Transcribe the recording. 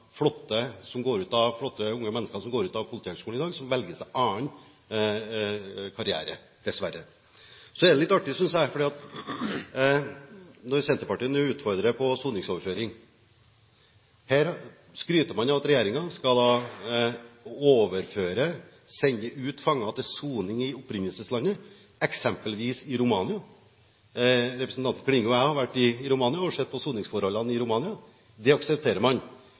Politihøgskolen i dag, en annen karriere. Så er det litt artig, synes jeg, når Senterpartiet nå utfordrer på soningsoverføring. Her skryter man av at regjeringen skal overføre – sende ut –fanger til soning i opprinnelseslandet, f.eks. til Romania. Representanten Klinge og jeg har vært i Romania og sett på soningsforholdene der. Dem aksepterer man.